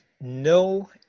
no